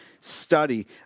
study